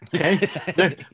Okay